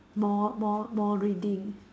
more more more reading